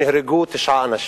שנהרגו תשעה אנשים.